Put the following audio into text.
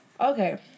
okay